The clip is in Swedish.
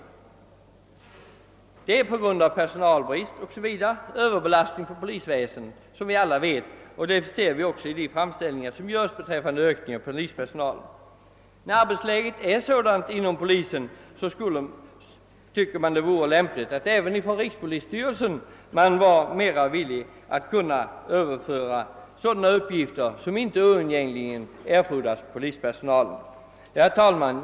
Skälen är som vi alla vet, personalbrist och överbelastning på polisväsendet, vilket också framgår av de framställningar som görs om ökning av polispersonalen. Då arbetsläget nu är sådant inom polisväsendet tycker man att det vore lämpligt, att även rikspolisstyrelsen borde vara villig att avlasta polisen sådana uppgifter som inte oundgängligen måste utföras av polispersonal. Herr talman!